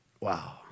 Wow